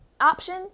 option